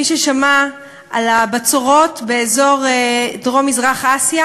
מי ששמע על הבצורות באזור דרום מזרח אסיה,